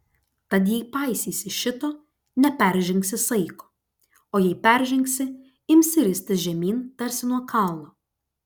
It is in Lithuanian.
tad jei paisysi šito neperžengsi saiko o jei peržengsi imsi ristis žemyn tarsi nuo kalno